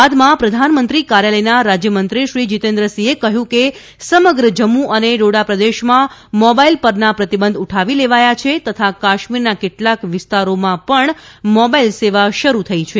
બાદમાં પ્રધાનમંત્રી કાર્યાલયના રાજયમંત્રીશ્રી જીતેન્દ્રસિંહે કહ્યું કે સમગ્ર જમ્મુ અને ડોડા પ્રદેશમાં મોબાઇલ પરના પ્રતિબંધ ઉઠાવી લેવાયા છે તથા કાશ્મીરના કેટલાક વિસ્તારોમાં પણ મોબાઇલ સેવા શરૂ થઇ છે